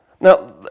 Now